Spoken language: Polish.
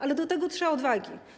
Ale do tego trzeba odwagi.